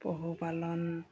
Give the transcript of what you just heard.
পশুপালন